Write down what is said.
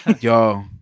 Yo